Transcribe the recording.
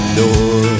door